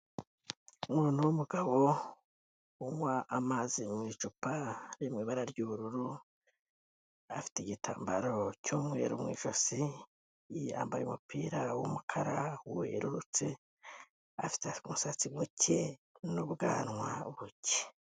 Umuntu w'umugabo unywa amazi mu icupa riri mu ibara ry'ubururu, afite igitambaro cy'umweru mu ijosi yambaye umupira wumukara werurutse afite umusatsi muke n'ubwanwa buke.